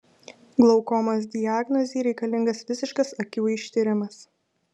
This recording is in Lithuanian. glaukomos diagnozei reikalingas visiškas akių ištyrimas